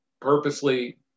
purposely